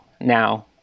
now